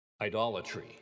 idolatry